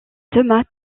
thomas